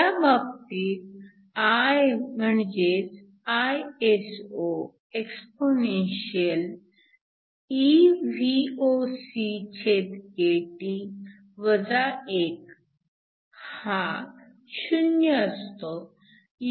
त्या बाबतीत I म्हणजेच Isoexp eVockT 1 हा 0 असतो